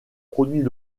produits